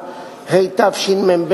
יש לי עוד שאלה